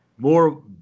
More